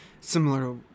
similar